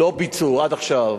לא ביצעו עד עכשיו.